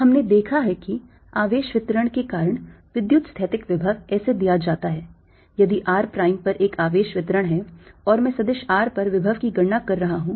हमने देखा है कि आवेश वितरण के कारण विद्युतस्थैतिक विभव ऐसे दिया जाता है यदि r प्राइम पर एक आवेश वितरण है और मैं सदिश r पर विभव की गणना कर रहा हूं